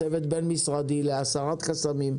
צוות בין משרדי להסרת חסמים,